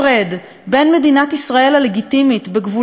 מדינת ישראל הלגיטימית בגבולות מוכרים,